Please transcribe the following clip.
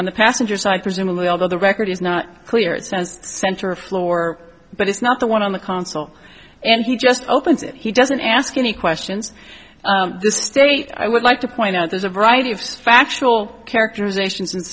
on the passenger side presumably although the record is not clear it says center floor but it's not the one on the consul and he just opens it he doesn't ask any questions this state i would like to point out there's a variety of factual characterizations and